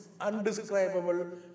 undescribable